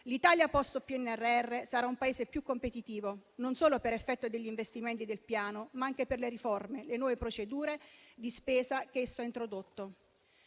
L'Italia *post* PNRR sarà un Paese più competitivo, non solo per effetto degli investimenti del Piano, ma anche per le riforme e le nuove procedure di spesa che esso ha introdotto.